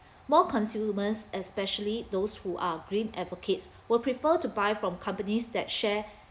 more consumers especially those who are green advocates will prefer to buy from companies that share